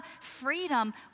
freedom